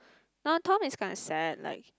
no Tom is kinda sad like